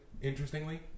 interestingly